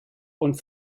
und